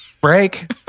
break